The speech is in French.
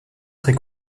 très